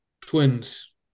twins